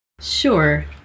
Sure